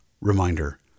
Reminder